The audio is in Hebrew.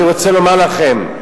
אני רוצה לומר לכם,